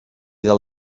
del